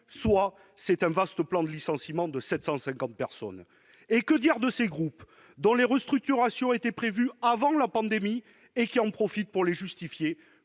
soit c'est un vaste plan de licenciement de 750 personnes ! Et que dire de ces groupes dont les restructurations étaient prévues avant la pandémie et qui en profitent pour les justifier,